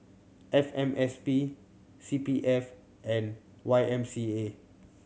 F M S P C P F and Y M C A